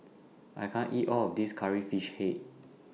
I can't eat All of This Curry Fish Head